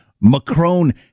Macron